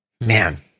man